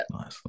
nice